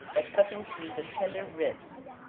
by cutting through the tender ribs,